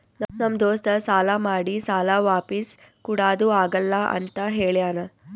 ನಮ್ ದೋಸ್ತ ಸಾಲಾ ಮಾಡಿ ಸಾಲಾ ವಾಪಿಸ್ ಕುಡಾದು ಆಗಲ್ಲ ಅಂತ ಹೇಳ್ಯಾನ್